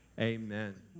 amen